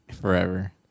forever